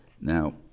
Now